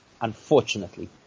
unfortunately